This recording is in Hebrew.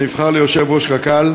שנבחר ליושב-ראש קק"ל,